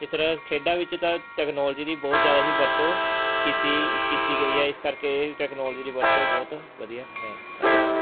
ਇਸ ਤਰ੍ਹਾਂ ਖੇਡਾਂ ਵਿੱਚ ਤਾਂ ਟੈਕਨੋਲਜੀ ਦੀ ਬਹੁਤ ਜ਼ਿਆਦਾ ਹੀ ਵਰਤੋਂ ਕੀਤੀ ਕੀਤੀ ਗਈ ਹੈ ਇਸ ਕਰਕੇ ਟੈਕਨੋਲਜੀ ਦੀ ਵਰਤੋਂ ਬਹੁਤ ਵਧੀਆ ਹੈ ਧੰਨਵਾਦ